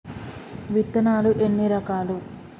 విత్తనాలు ఎన్ని రకాలు?